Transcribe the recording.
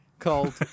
called